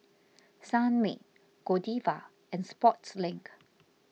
Sunmaid Godiva and Sportslink